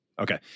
Okay